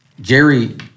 Jerry